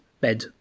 bed